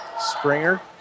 Springer